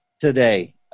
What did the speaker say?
today